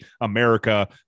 America